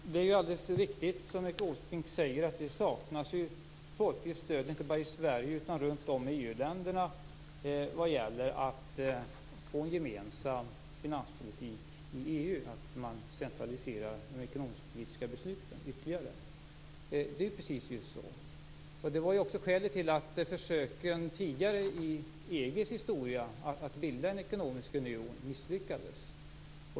Fru talman! Det är alldeles riktigt som Erik Åsbrink säger, att det saknas folkligt stöd, inte bara i Sverige utan runt om i EU-länderna när det gäller en gemensam finanspolitik i EU och en ytterligare centralisering av de ekonomisk-politiska besluten. Så är det. Detta var skälet till att försöken tidigare i EG:s historia att bilda en ekonomisk union misslyckades.